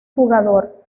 jugador